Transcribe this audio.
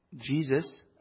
Jesus